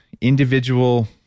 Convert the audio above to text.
individual